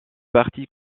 parties